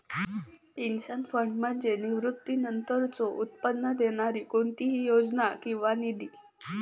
pension fund म्हणजे निवृत्तीनंतरचो उत्पन्न देणारी कोणतीही योजना किंवा निधी